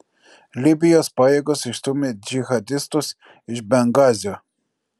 libijos pajėgos išstūmė džihadistus iš bengazio